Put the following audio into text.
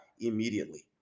immediately